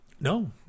No